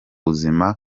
buzima